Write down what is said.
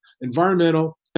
environmental